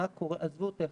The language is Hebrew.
עזבו טכני,